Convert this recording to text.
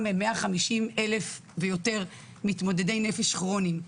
150,000 ויותר מתמודדי נפש כרוניים,